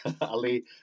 Ali